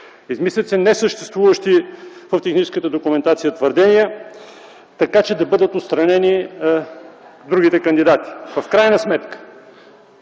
Измислици, несъществуващи в техническата документация, и твърдения, и така да бъдат отстранени другите кандидати. В крайна сметка